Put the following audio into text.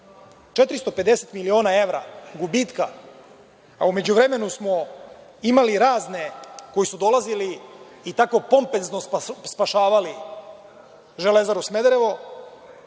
450 miliona evra gubitka, a u međuvremenu smo imali razne koji su dolazili i tako pompezno spašavali „Železaru Smederevo“.